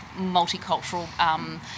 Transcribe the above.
multicultural